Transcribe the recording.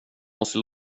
måste